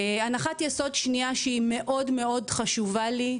הנחת יסוד שניה שהיא מאוד-מאוד חשובה לי,